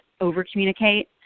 over-communicate